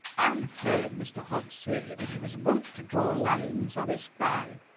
i have heard mr hobbes say that he was wont to draw lines on his thigh,